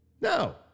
No